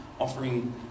offering